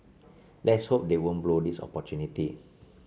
let's hope they won't blow this opportunity